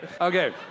Okay